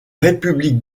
république